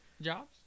Jobs